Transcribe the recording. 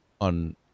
on